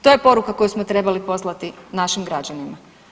To je poruka koju smo trebali poslati našim građanima.